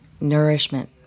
nourishment